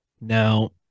Now